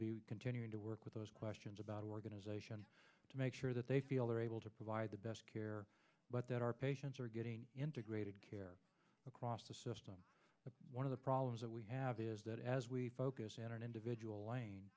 be continuing to work with those questions about organization to make sure that they feel they're able to provide the best care but that our patients are getting integrated care across the system but one of the problems that we have is that as we focus into vidual lan